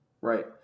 Right